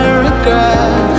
regret